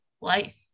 life